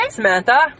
Samantha